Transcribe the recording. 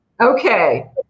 Okay